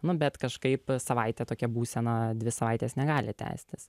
nu bet kažkaip savaitę tokia būsena dvi savaites negali tęstis